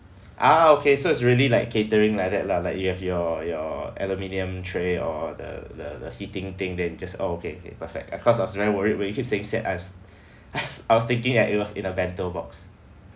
ah okay so it's really like catering like that lah like you have your your aluminium tray or the the the heating thing then just oh okay okay perfect cause I was very worried when you keeps saying set I I was thinking that it was in a bento box